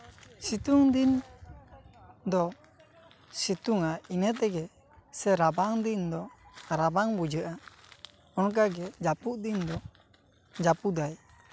ᱥᱤᱛᱩᱝ ᱫᱤᱱ ᱫᱚ ᱥᱤᱛᱩᱝᱟ ᱤᱱᱟᱹ ᱛᱮᱜᱮ ᱥᱮ ᱨᱟᱵᱟᱝ ᱫᱤᱱ ᱫᱚ ᱨᱟᱵᱟᱝ ᱵᱩᱡᱷᱟᱹᱜᱼᱟ ᱚᱱᱠᱟᱜᱮ ᱡᱟᱹᱯᱩᱫ ᱫᱤᱱ ᱫᱚ ᱡᱟ ᱯᱩᱫᱟᱭ